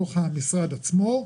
בתוך המשרד עצמו.